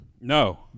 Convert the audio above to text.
No